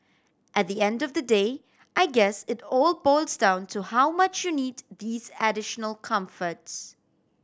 at the end of the day I guess it all boils down to how much you need these additional comforts